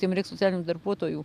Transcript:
jiem reik socialinių darbuotojų